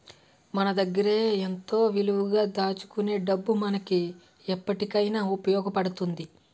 మన దగ్గరే ఎంతో విలువగా దాచుకునే డబ్బు మనకు ఎప్పటికైన ఉపయోగపడుతుంది